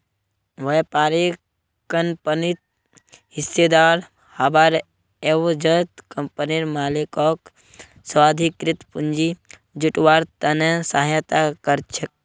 व्यापारी कंपनित हिस्सेदार हबार एवजत कंपनीर मालिकक स्वाधिकृत पूंजी जुटव्वार त न सहायता कर छेक